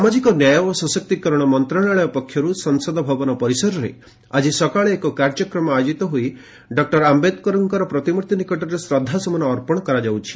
ସାମାଜିକ ନ୍ୟାୟ ଓ ସଶକ୍ତିକରଣ ମନ୍ତ୍ରଣାଳୟ ପକ୍ଷରୁ ସଂସଦ ଭବନ ପରିସରରେ ଆଜି ସକାଳେ ଏକ କାର୍ଯ୍ୟକ୍ରମ ଆୟୋକିତ ହୋଇ ଡକୁର ଆମ୍ଘେଦକରଙ୍କ ପ୍ରତିମୂର୍ତ୍ତି ନିକଟରେ ଶ୍ରଦ୍ଧାସୁମନ ଅର୍ପଣ କରାଯାଉଛି